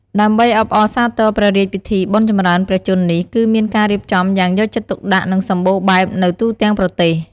ដើម្បីអបអរសាទរព្រះរាជពិធីបុណ្យចម្រើនព្រះជន្មនេះ គឺមានការរៀបចំយ៉ាងយកចិត្តទុកដាក់ និងសម្បូរបែបនៅទូទាំងប្រទេស។